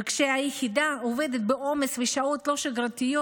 וכשהיחידה עובדת בעומס בשעות לא שגרתיות,